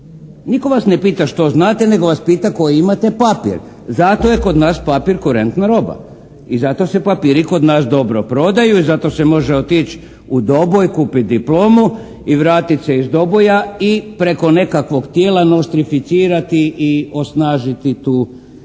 Nitko vas ne pita što znate, nego vas pita koji imate papir. Zato je kod nas papir kurentno roba i zato se papiri kod nas dobro prodaju i zato se može otići u Doboj kupiti diplomu i vratiti se iz Doboja i preko nekakvog tijela nostrificirati i osnažiti tu diplomu.